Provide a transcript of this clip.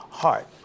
heart